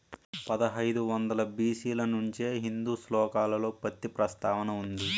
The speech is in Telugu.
పదహైదు వందల బి.సి ల నుంచే హిందూ శ్లోకాలలో పత్తి ప్రస్తావన ఉంది